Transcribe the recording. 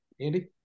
Andy